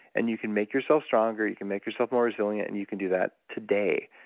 and you can make yourself stronger, you can make yourself more resilient, and you can do that today.